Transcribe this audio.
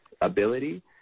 ability